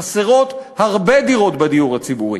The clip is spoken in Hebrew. חסרות הרבה דירות בדיור הציבורי.